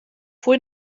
pwy